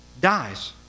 dies